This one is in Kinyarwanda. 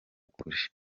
kure